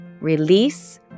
release